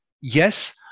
Yes